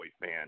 fan